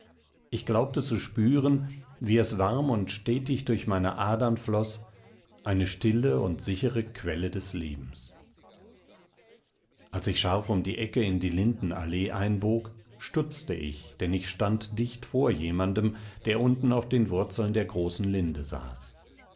ich glaubte zu spüren wie es warm und stetig durch meine adern floß eine stille und sichere quelle des lebens als ich scharf um die ecke in die lindenallee einbog stutzte ich denn ich stand dicht vor jemand der unten auf den wurzeln der großen linde saß